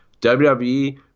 WWE